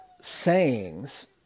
sayings